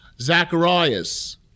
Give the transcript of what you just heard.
Zacharias